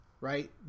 right